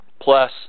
plus